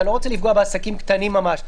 אתה לא רוצה לפגוע בעסקים קטנים ממש.